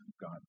God